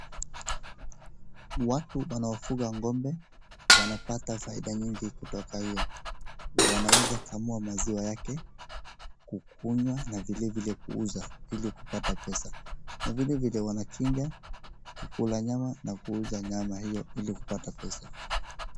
Watu wanaofuga ng'ombe wanapata faida nyingi kutoka hiyo. Wanaweza kamua maziwa yake, kukunywa na vile vile kuuza ili kupata pesa. Na vile vile wanachinja, kukula nyama na kuuza nyama hiyo ili kupata pesa.